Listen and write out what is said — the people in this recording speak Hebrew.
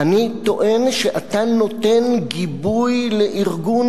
אני טוען שאתה נותן גיבוי לארגון